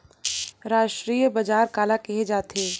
अंतरराष्ट्रीय बजार काला कहे जाथे?